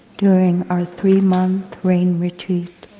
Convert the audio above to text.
during our three months rain retreat.